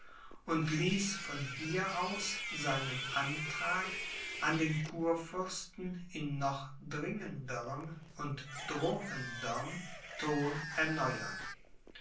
und ließ von hier aus seinen antrag an den kurfürsten in noch dringenderm und drohenderm tone erneuern